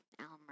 Elmer